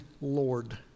Lord